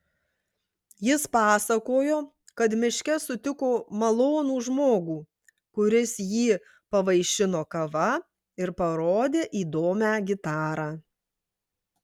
jis pasakojo kad miške sutiko malonų žmogų kuris jį pavaišino kava ir parodė įdomią gitarą